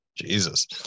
jesus